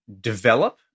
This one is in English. develop